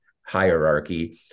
hierarchy